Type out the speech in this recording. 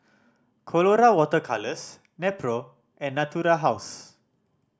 Colora Water Colours Nepro and Natura House